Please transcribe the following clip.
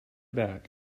back